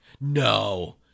No